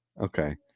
Okay